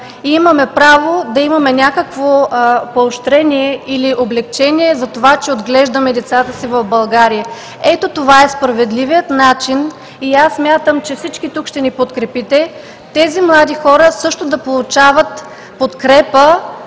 и имаме право да имаме някакво поощрение или облекчение за това, че отглеждаме децата си в България.“ Ето това е справедливият начин. Смятам, че всички тук ще ни подкрепите тези млади хора също да получават подкрепа